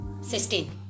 Sixteen